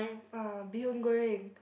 uh bee-hoongoreng